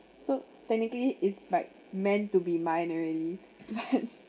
so technically it's like meant to be mine already but